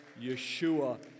Yeshua